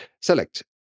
Select